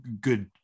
good